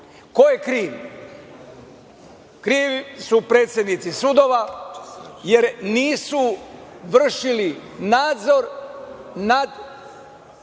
Ko je kriv? Krivi su predsednici sudova, jer nisu vršili nadzor nad